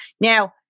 Now